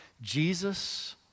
Jesus